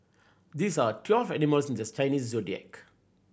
these are twelve animals in this Chinese Zodiac